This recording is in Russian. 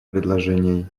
предложений